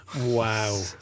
Wow